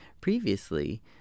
previously